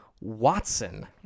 Watson